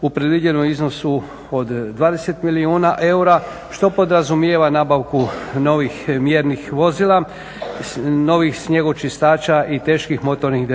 u predviđenom iznosu od 20 milijuna eura što podrazumijeva nabavku novih mjernih vozila, novih snjegočistača i teških motornih ….